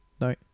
No